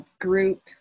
group